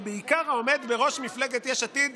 ובעיקר העומד בראש מפלגת יש עתיד